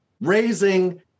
raising